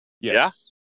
Yes